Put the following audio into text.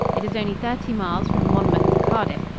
it is only thirty miles from monmouth to cardiff,